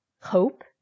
Hope